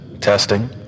Testing